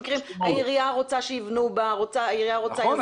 העירייה רוצה שיבנו בה, העירייה רוצה יזמים.